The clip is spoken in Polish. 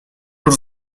już